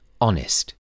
honest